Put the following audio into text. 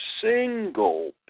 single